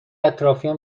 اطرافیام